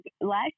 Last